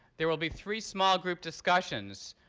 there will be three small group discussions,